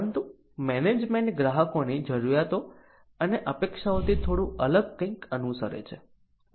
પરંતુ મેનેજમેન્ટ ગ્રાહકોની જરૂરિયાત અને અપેક્ષાઓથી થોડું અલગ કંઈક અનુસરે છે